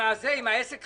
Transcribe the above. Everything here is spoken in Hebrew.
משרד המשפטים